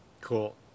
Cool